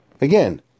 Again